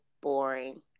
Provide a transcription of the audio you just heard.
boring